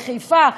בחיפה,